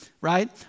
right